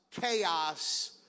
chaos